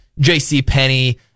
JCPenney